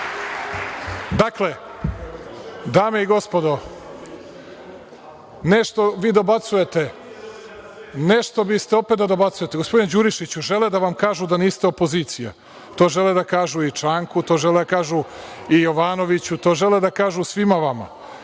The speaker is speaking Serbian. prekidate sednicu?!)Nešto vi dobacujete? Nešto biste opet da dobacujete? Gospodine Đurišiću, žele da vam kažu da niste opozicija, to žele da kažu i Čanku, to žele da kažu i Jovanoviću, to žele da kažu svima vama.